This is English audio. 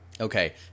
Okay